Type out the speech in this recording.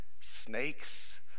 snakes